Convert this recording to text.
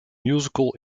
musical